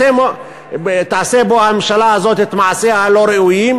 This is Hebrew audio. או שתעשה בו הממשלה הזאת את מעשיה הלא-ראויים?